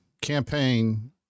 campaign